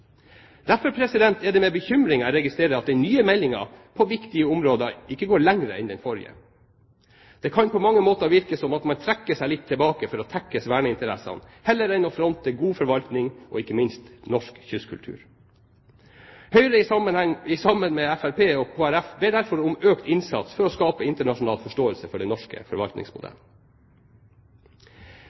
Derfor er det med bekymring jeg registrerer at den nye meldingen på viktige områder ikke går lenger enn den forrige. Det kan på mange måter virke som om man trekker seg litt tilbake for å tekkes verneinteressene, heller enn å fronte god forvaltning og ikke minst norsk kystkultur. Høyre, sammen med Fremskrittspartiet og Kristelig Folkeparti, ber derfor om økt innsats for å skape internasjonal forståelse for den norske forvaltningsmodellen.